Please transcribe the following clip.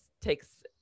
takes